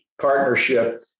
partnership